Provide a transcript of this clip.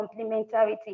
complementarity